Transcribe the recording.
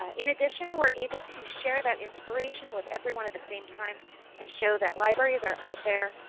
in addition, we are able to share that inspiration with everyone at the same time and show that libraries are out there,